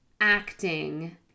acting